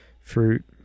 fruit